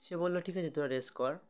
সে বলল ঠিক আছে তোরা রেস কর